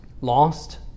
Lost